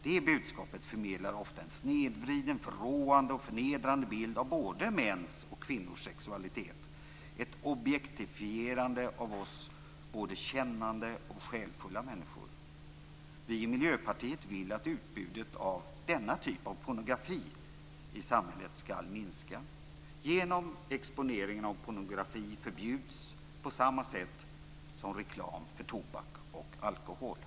Det budskapet förmedlar ofta en snedvriden, förråande och förnedrande bild av både mäns och kvinnors sexualitet, ett objektifierande av oss både kännande och själfulla människor. Vi i Miljöpartiet vill att utbudet av denna typ av pornografi i samhället skall minska genom att exponeringen av pornografi förbjuds på samma sätt som reklam för tobak och alkohol.